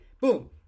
boom